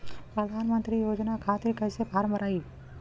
प्रधानमंत्री योजना खातिर कैसे फार्म भराई?